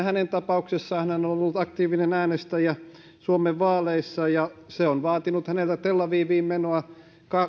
hänen tapauksessaan hän ollut aktiivinen äänestäjä suomen vaaleissa ja se on vaatinut häneltä tel aviviin menoa